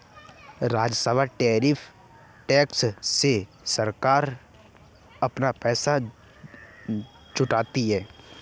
राजस्व tariff tax से सरकार अपना पैसा जुटाती है